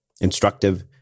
instructive